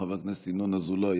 חבר הכנסת ינון אזולאי,